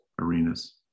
arenas